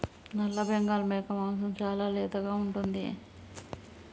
నల్లబెంగాల్ మేక మాంసం చాలా లేతగా ఉంటుంది